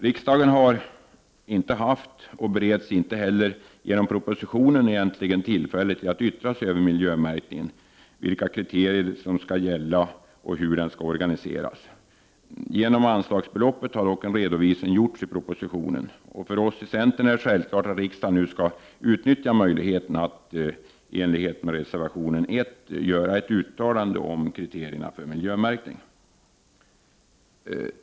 Riksdagen har inte haft och bereds inte heller genom propositionen tillfälle att yttra sig över miljömärkningen, vilka kriterier som skall gälla och hur märkningen skall organiseras. Genom anslagsbehovet har dock en redovisning gjorts i propositionen. För oss i centern är det självklart att riksdagen nu skall utnyttja möjligheten och i enlighet med reservation 1 göra ett uttalande om kriterierna för miljömärkning.